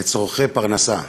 לצורכי פרנסה.